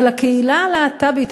אבל הקהילה הלהט"בית,